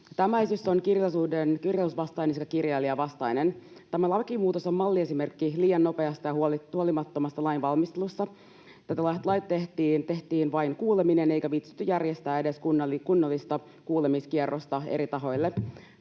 Tämä esitys on kirjallisuusvastainen sekä kirjailijavastainen. Tämä lakimuutos on malliesimerkki liian nopeasta ja huolimattomasta lainvalmistelusta: tehtiin vain kuuleminen eikä viitsitty järjestää edes kunnollista kuulemiskierrosta eri tahoille.